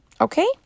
okay